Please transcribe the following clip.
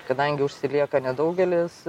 kadangi užsilieka nedaugelis